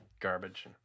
garbage